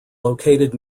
located